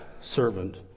servant